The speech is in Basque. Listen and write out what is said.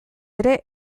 ere